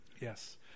Yes